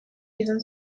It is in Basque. izan